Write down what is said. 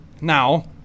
now